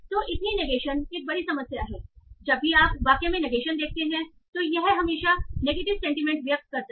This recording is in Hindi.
तो इतनी नेगेशन एक बड़ी समस्या है जब भी आप वाक्य में नेगेशन देखते हैं तो यह हमेशा नेगेटिव सेंटीमेंट व्यक्त करता है